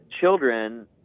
children